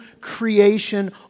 creation